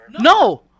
No